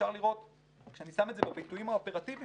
כשאני שם את זה בביטויים האופרטיביים